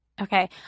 Okay